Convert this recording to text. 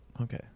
Okay